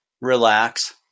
relax